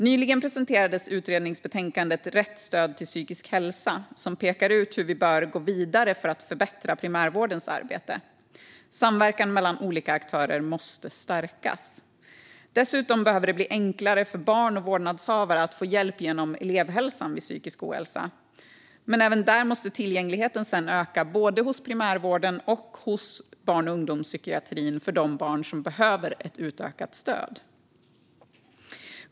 Nyligen presenterades utredningsbetänkandet God och nära vård - Rätt stöd till psykisk hälsa , som pekar ut hur vi bör gå vidare för att förbättra primärvårdens arbete. Samverkan mellan olika aktörer måste stärkas. Dessutom behöver det bli enklare för barn och vårdnadshavare att få hjälp genom elevhälsan vid psykisk ohälsa. Även där måste tillgängligheten öka både hos primärvården och hos barn och ungdomspsykiatrin för de barn som behöver ett utökat stöd.